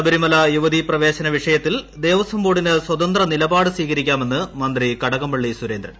ശബരിമല യൂവതീ പ്രവേശന വിഷയത്തിൽ ദേവസ്വം ബോർഡിന് സ്വതന്ത്ര നിലപാട് സ്വീകരിക്കാമെന്ന് മന്ത്രി കടകംപള്ളി സുരേന്ദ്രൻ